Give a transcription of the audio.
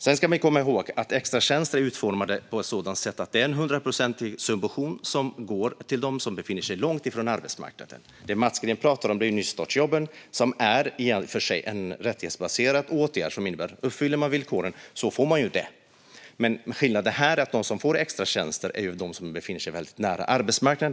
Sedan ska man komma ihåg att extratjänster är utformade på ett sådant sätt att det är en hundraprocentig subvention som går till dem som befinner sig långt ifrån arbetsmarknaden. Det som Mats Green pratade om är nystartsjobben, som är en rättighetsbaserad åtgärd som man får om man uppfyller villkoren. Skillnaden är att de som får de jobben befinner sig väldigt nära arbetsmarknaden.